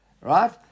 right